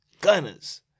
gunners